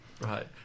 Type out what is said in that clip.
Right